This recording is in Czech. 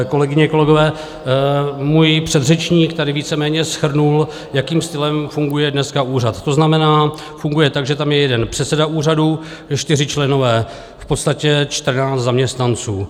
Kolegyně, kolegové, můj předřečník tady víceméně shrnul, jakým stylem funguje dneska úřad, to znamená, funguje tak, že tam je jeden předseda úřadu, čtyři členové, v podstatě čtrnáct zaměstnanců.